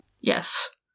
Yes